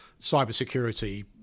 cybersecurity